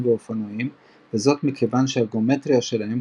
ואופנועים וזאת מכיוון שהגאומטריה שלהם,